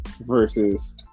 versus